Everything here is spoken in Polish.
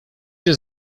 się